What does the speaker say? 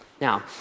Now